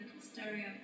stereo